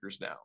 now